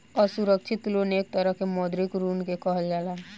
असुरक्षित लोन एक तरह के मौद्रिक ऋण के कहल जाला